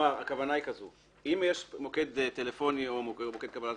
הכוונה היא שאם יש מוקד טלפוני או מוקד קבלת